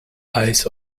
eyes